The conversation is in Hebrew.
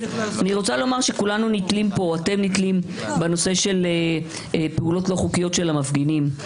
אתם נתלים פה בנושא פעולות לא חוקיות של המפגינים.